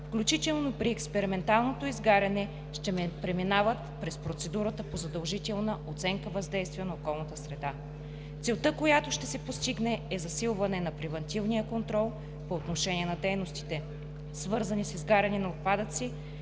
включително при експерименталното изгаряне, ще преминават през процедурата по задължителна оценка на въздействието върху околната среда. Целта, която ще се постигне, е засилване на превантивния контрол по отношение на дейностите, свързани с изгаряне на отпадъци,